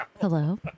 Hello